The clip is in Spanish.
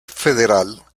federal